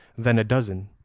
then a dozen,